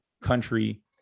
country